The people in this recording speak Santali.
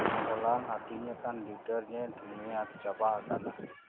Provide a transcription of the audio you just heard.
ᱦᱚᱞᱟᱱ ᱦᱟᱹᱴᱤᱧ ᱟᱠᱟᱱ ᱰᱤᱨᱴᱟᱨᱡᱮᱱᱴ ᱢᱮᱭᱟᱫᱽ ᱪᱟᱵᱟ ᱟᱠᱟᱱᱟ